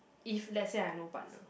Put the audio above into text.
if let's say I no partner